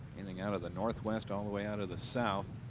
getting out of the northwest all the way out of the south.